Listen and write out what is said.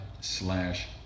slash